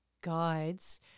guides